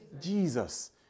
Jesus